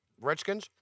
Redskins